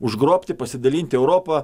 užgrobti pasidalinti europą